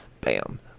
Bam